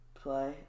play